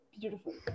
beautiful